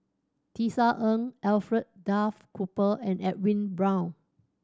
Tisa Ng Alfred Duff Cooper and Edwin Brown